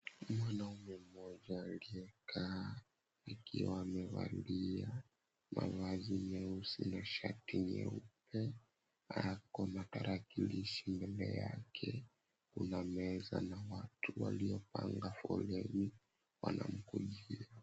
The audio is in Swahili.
Mwanaume mmoja aliye kaa akiwa amevalia mavazi nyeusi na shati nyeupe ako na tarakilishi mbele yake, kuna meza na watu waliopanga foleni wanamkujia.